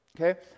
okay